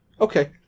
Okay